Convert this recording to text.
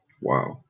wow